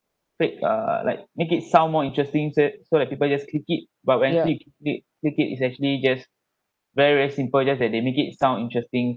fake err like make it sound more interesting say so people just click it but when click click it is actually just very very simple just that they make it sound interesting